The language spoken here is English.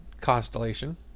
Constellation